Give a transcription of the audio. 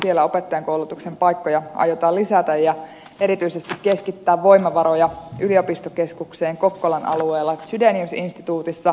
siellä opettajankoulutuksen paikkoja aiotaan lisätä ja erityisesti keskittää voimavaroja yliopistokeskukseen kokkolan alueella chydenius instituutissa